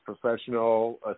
professional